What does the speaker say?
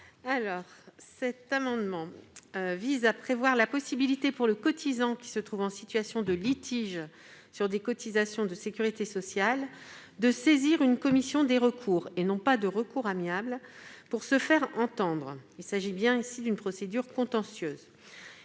Gruny. Cet amendement tend à prévoir la possibilité pour le cotisant qui se trouve en situation de litige sur des cotisations de sécurité sociale de saisir une commission des recours, et non pas de recours amiable, pour se faire entendre. Il s'agit bien ici d'une procédure contentieuse.